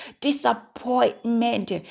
disappointment